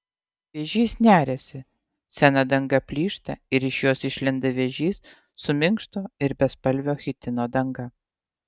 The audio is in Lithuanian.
vėžys neriasi sena danga plyšta ir iš jos išlenda vėžys su minkšto ir bespalvio chitino danga